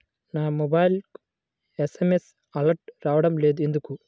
నా మొబైల్కు SMS alerts రావడం లేదు ఎందుకు?